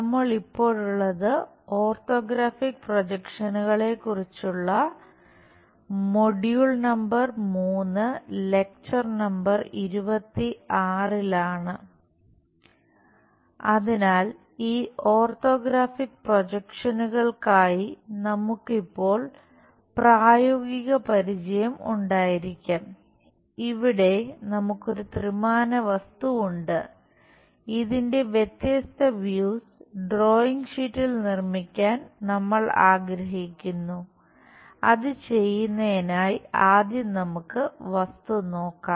നമ്മൾ ഇപ്പോഴുള്ളത് ഓർത്തോഗ്രാഫിക് പ്രൊജക്ഷനുകളെ കുറിച്ചുള്ള മൊഡ്യൂൾ നമ്പർ 26 ലാണ് അതിനാൽ ഈ ഓർത്തോഗ്രാഫിക് പ്രൊജക്ഷനുകൾക്കായി നിർമ്മിക്കാൻ നമ്മൾ ആഗ്രഹിക്കുന്നു അത് ചെയ്യുന്നതിനായി ആദ്യം നമുക്ക് വസ്തു നോക്കാം